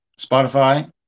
Spotify